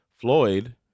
Floyd